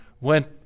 went